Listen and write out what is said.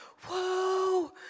whoa